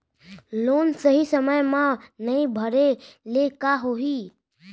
Loan सही समय मा नई भरे ले का होही?